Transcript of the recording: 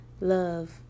love